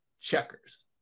checkers